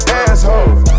asshole